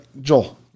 Joel